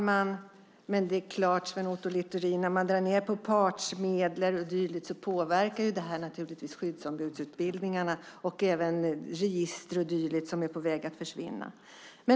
Fru talman! När man drar ned på partsmedel och dylikt påverkar det naturligtvis skyddsombudsutbildningarna och register och dylikt som är på väg att försvinna.